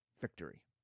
victory